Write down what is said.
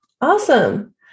Awesome